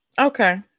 Okay